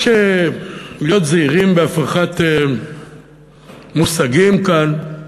יש להיות זהירים בהפרחת מושגים כאן.